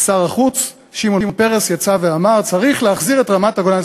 שר החוץ שמעון פרס יצא ואמר: צריך להחזיר את רמת-הגולן לסורים.